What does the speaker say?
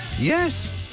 Yes